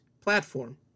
platform